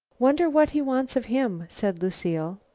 wonder what he wants of him? said lucile.